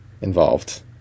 involved